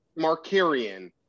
Markarian